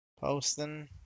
Posting